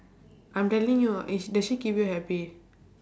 I'm telling you is sh~ does she keep you happy